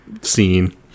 scene